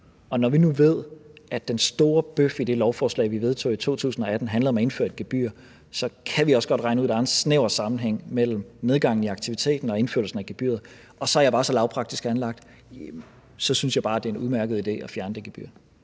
Og når vi nu ved, at den store bøf i det lovforslag, vi vedtog i 2018, handler om at indføre et gebyr, så kan vi også godt regne ud, at der er en snæver sammenhæng mellem nedgangen i aktiviteten og indførelsen af gebyret, og så er jeg bare så lavpraktisk anlagt, at jeg synes, det er en udmærket idé at fjerne det gebyr.